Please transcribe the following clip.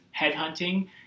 headhunting